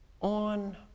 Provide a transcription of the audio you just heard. on